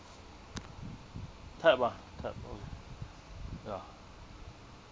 tap ah tap on it ya